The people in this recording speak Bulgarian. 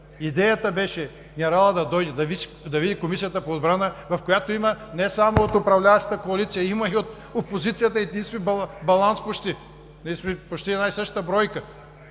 Идеята беше – генералът да дойде, да види Комисията по отбрана, в която има не само от управляващата коалиция, има и от опозицията, и ние сме баланс почти, ние сме почти